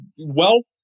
wealth